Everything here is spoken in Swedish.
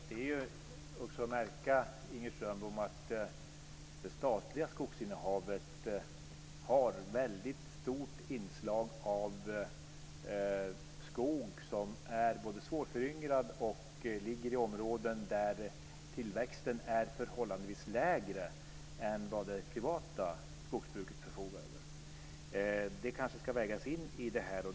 Herr talman! Det är att märka, Inger Strömbom, att det statliga skogsinnehavet har ett väldigt stort inslag av skog som är svårföryngrad och som växer på områden där tillväxten är förhållandevis lägre än på de områden som det privata skogsbruket förfogar över. Det ska kanske vägas in i detta.